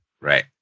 right